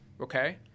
Okay